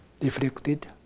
reflected